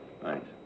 Thanks